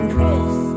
Chris